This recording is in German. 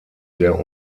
sehr